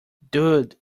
dude